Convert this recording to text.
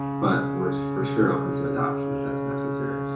but we're for sure open to adoption if that's necessary.